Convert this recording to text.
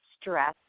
stress